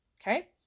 Okay